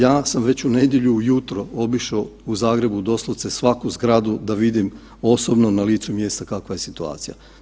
Ja sam već u nedjelju ujutro obišao u Zagrebu doslovce svaku zgradu, da vidim osobno na licu mjesta kakva je situacija.